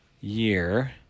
year